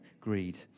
greed